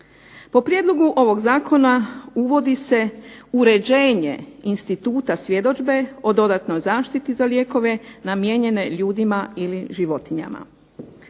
Po prijedlogu ovog zakona uvodi se uređenje instituta svjedodžbe o dodatnoj zaštiti za lijekove namijenjene ljudima ili životinjama.